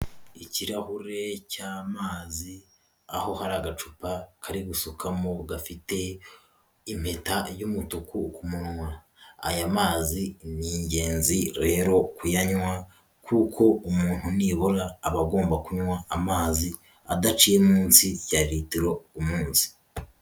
Ikirahure cy'amazi aho hari agacupa kari gusukamo gafite impeta y'umutuku ku munwa, aya mazi ni ingenzi rero kuyanywa kuko umuntu nibura aba agomba kunywa amazi adaciye munsi ya litiro ku munsi.